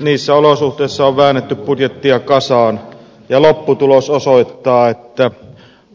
niissä olosuhteissa on väännetty budjettia kasaan ja lopputulos osoittaa että